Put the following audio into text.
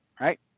right